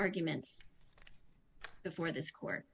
arguments before this court